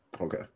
okay